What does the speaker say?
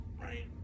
right